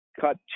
cut